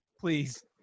please